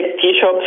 T-Shirt